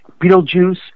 Beetlejuice